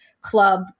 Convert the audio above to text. club